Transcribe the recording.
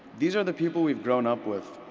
these are the people we've grown up with.